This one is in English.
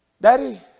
Daddy